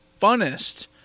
funnest